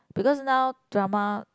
because now drama